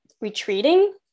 retreating